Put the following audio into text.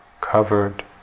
covered